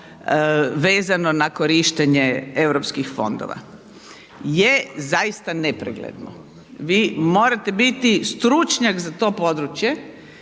vezano na korištenje Europskih fondova je zaista nepregledno. Vi morate biti stručnjak za to područje